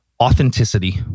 authenticity